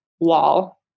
wall